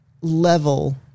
level